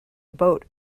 boat